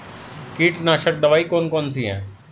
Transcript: कीटनाशक दवाई कौन कौन सी हैं?